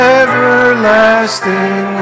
everlasting